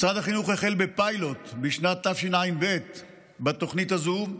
משרד החינוך החל בפיילוט בשנת תשע"ב בתוכנית הזו.